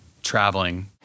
Traveling